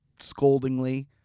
scoldingly